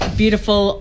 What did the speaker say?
beautiful